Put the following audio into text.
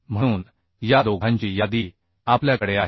म्हणून या दोघांची यादी आपल्याकडे आहे